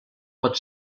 pot